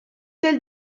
del